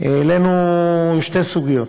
העלינו שתי סוגיות: